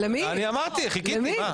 אני אמרתי, חיכיתי, מה?